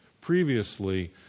previously